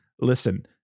listen